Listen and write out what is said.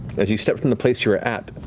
as you step from the place you were at